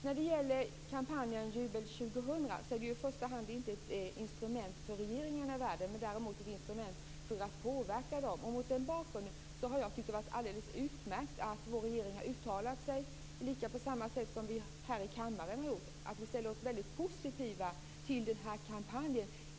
När det gäller kampanjen Jubelår 2000 är det inte i första hand ett instrument för regeringarna i världen, men däremot är det ett instrument för att påverka dem. Mot den bakgrunden tycker jag att det är utmärkt att vår regering har uttalat sig, på samma sätt som vi här i kammaren ställer oss positiva till kampanjen.